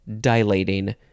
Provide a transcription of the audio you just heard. dilating